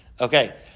okay